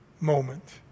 moment